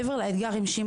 מעבר לאתגר עם ש',